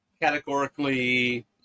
categorically